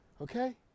Okay